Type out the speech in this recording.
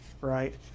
right